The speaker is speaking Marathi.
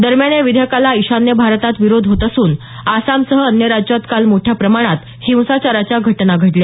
दरम्यान या विधेयकाला ईशान्य भारतात विरोध होत असून आसामसह अन्य राज्यात काल मोठ्या प्रमाणात हिंसाचाराच्या घटना घडल्या